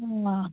অঁ